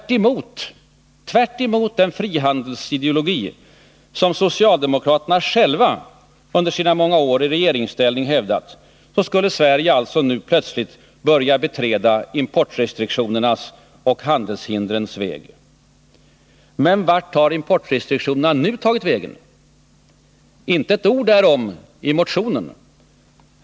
Tvärtemot den frihandelsideologi som socialdemokraterna själva under sina många år i regeringsställning hävdat skulle Sverige alltså nu plötsligt börja beträda importrestriktionernas och handelshindrens väg. Men vart har importrestriktionerna nu tagit vägen? Inte ett ord därom i motionen.